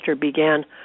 began